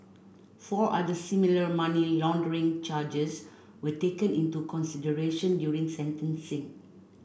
four other similar money laundering charges were taken into consideration during sentencing